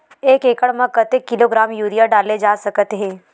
एक एकड़ म कतेक किलोग्राम यूरिया डाले जा सकत हे?